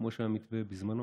כמו שהיה מתווה בזמנו,